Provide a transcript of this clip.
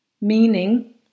meaning